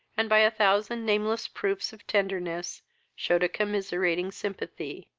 and by a thousand nameless proofs of tenderness shewed a commiserating sympathy,